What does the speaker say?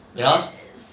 because